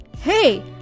Hey